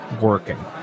working